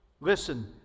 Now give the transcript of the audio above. Listen